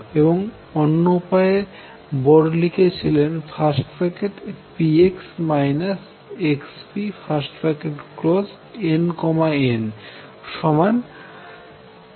এবং অন্য উপায়ে বোর এটি লিখেছিলেন nn ℏi h2πi